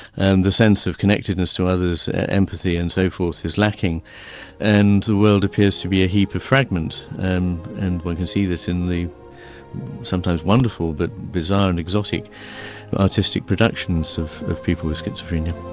and the sense of connectedness to others empathy and so forth is lacking and the world appears to be a heap of fragments um and one can see that in the sometimes wonderful but bizarre and exotic artistic productions of of people with schizophrenia.